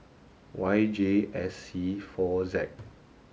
Y J S C four Z